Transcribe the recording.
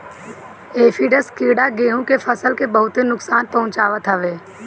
aphids कीड़ा गेंहू के फसल के बहुते नुकसान पहुंचावत हवे